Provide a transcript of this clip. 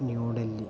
New Delhi